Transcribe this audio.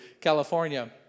California